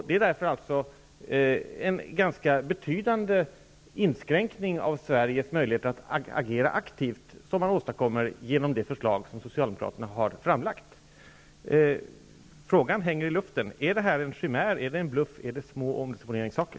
Det är därför en ganska betydande inskränkning av Sveriges möjligheter att agera aktivt som man skulle åstadkomma genom det förslag som Socialdemokraterna har framlagt. Frågan om detta hänger i luften, är det en chimär, en bluff eller små omdisponeringssaker.